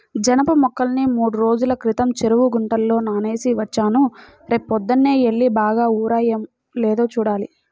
జనప మొక్కల్ని మూడ్రోజుల క్రితం చెరువు గుంటలో నానేసి వచ్చాను, రేపొద్దన్నే యెల్లి బాగా ఊరాయో లేదో చూడాలి